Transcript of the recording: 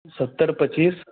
सत्तर पच्चीस